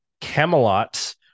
Camelot